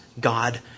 God